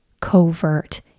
covert